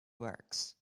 works